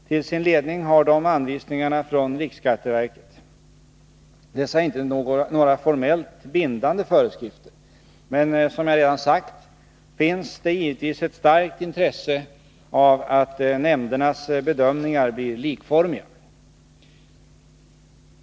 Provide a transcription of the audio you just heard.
Till sin ledning har de anvisningarna från riksskatteverket. Dessa är inte några formellt bindande föreskrifter, men som jag redan sagt finns det givetvis ett starkt intresse av att nämndernas bedömningar blir likformiga.